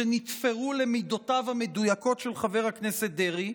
שנתפרו למידותיו המדויקות של חבר הכנסת דרעי,